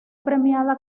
premiada